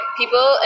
people